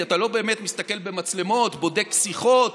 כי אתה לא באמת מסתכל במצלמות ובודק שיחות,